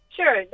Sure